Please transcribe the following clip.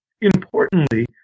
Importantly